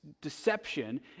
deception